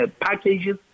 packages